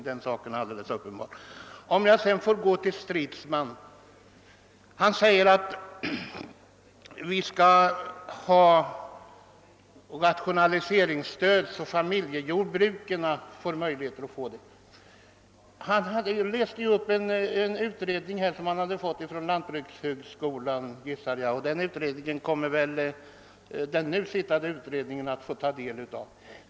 Herr Stridsman önskade att man skulle skapa möjligheter för familjejord bruken att få del av rationaliseringsstödet, och han citerade därvid en undersökning som han antagligen fått från lantbrukshögskolan. Detta material kommer väl den nu sittande utredningen att få ta del av.